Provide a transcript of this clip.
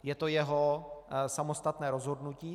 Je to jeho samostatné rozhodnutí.